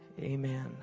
amen